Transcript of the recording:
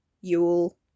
Yule